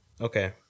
Okay